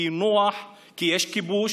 כי נוח, כי יש כיבוש.